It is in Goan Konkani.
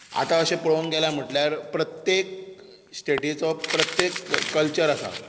आतां अशें पळोवंक गेल्यार म्हणटल्यार प्रत्येक स्टेटीचो प्रत्येक कल्चर आसा